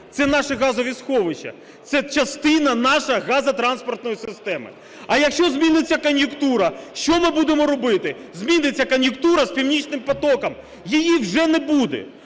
Це наші газові сховища, це частина нашої газотранспортної системи. А якщо зміниться кон'юнктура, що ми будемо робити? Зміниться кон'юнктура з "Північним потоком", її вже не буде.